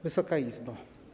Wysoka Izbo!